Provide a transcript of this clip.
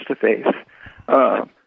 face-to-face